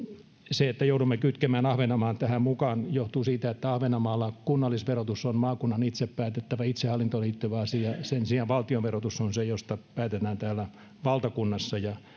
se että joudumme kytkemään ahvenanmaan tähän mukaan johtuu siitä että ahvenanmaalla kunnallisverotus on maakunnan itse päätettävä itsehallintoon liittyvä asia sen sijaan valtionverotus on se josta päätetään täällä valtakunnassa ja